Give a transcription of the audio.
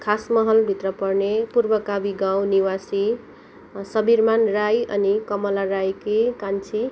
खासमहलभित्र पर्ने पूर्व काबी गाउँ निवासी सबिरमान राई अनि कमला राईकी कान्छी